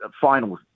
final